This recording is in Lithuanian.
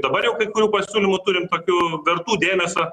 dabar jau kai kurių pasiūlymų turim tokių vertų dėmesio